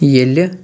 ییٚلہٕ